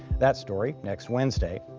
that story next wednesday.